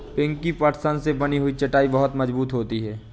पिंकी पटसन से बनी हुई चटाई बहुत मजबूत होती है